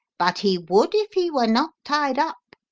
but he would if he were not tied up.